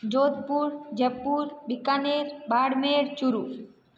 Jodhpur Jaipur Bikaner Barmer Churu